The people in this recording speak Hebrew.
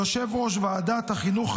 ליושב-ראש ועדת החינוך,